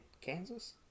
Kansas